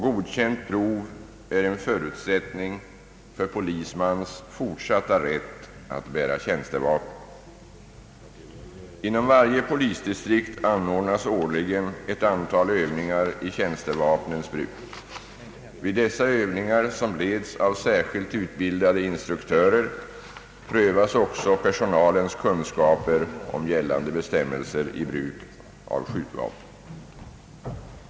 Godkänt prov är en förutsättning för polismans fortsatta rätt att bära tjänstevapen. Inom varje polisdistrikt anordnas årligen ett antal övningar i tjänstevapnens bruk. Vid dessa övningar, som leds av särskilt utbildade instruktörer, prövas också personalens kunskaper om gällande bestämmelser om bruk av skjutvapen.